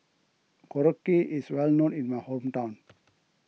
Korokke is well known in my hometown